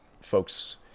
folks